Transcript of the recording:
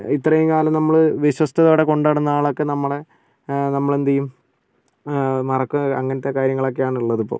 ഇത്രേം കാലം നമ്മൾ വിശ്വസ്ഥതയോടെ കൊണ്ടുനടന്ന ആളൊക്കെ നമ്മളെ നമ്മളെന്തെയ്യും മറക്കുക അങ്ങനത്തെ കാര്യങ്ങളൊക്കെയാണ് ഉള്ളതിപ്പം